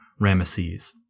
Ramesses